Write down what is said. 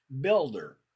builder